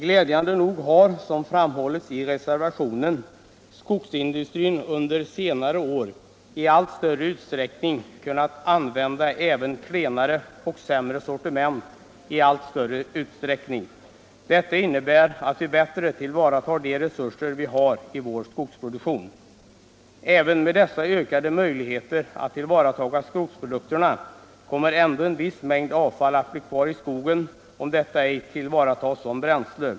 Glädjande nog har, som det framhålls i reservationen, skogsindustrin under senare år i allt större utsträckning kunnat använda även klenare och sämre sortiment. Detta innebär att vi bättre kan tillvarata de resurser vi har i vår skogsproduktion. Även med dessa ökade möjligheter att tillvarata skogsprodukterna kommer en viss mängd avfall att bli kvar i skogen, om detta ej tillvaratas som bränsle.